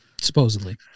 supposedly